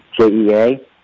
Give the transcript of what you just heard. JEA